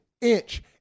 inch